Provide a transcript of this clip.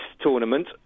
Tournament